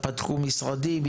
פתחו משרדים,